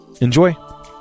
Enjoy